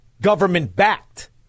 government-backed